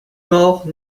mort